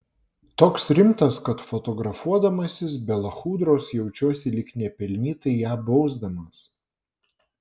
toks rimtas kad fotografuodamasis be lachudros jaučiuosi lyg nepelnytai ją bausdamas